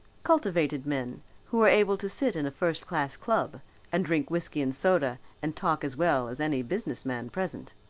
cultivated men who were able to sit in a first-class club and drink whiskey and soda and talk as well as any businessman present.